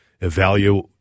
evaluate